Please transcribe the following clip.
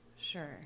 sure